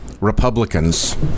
Republicans